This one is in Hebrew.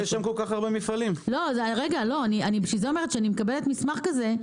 כשאני מקבלת מסמך כזה,